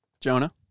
Jonah